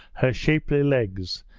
her shapely legs,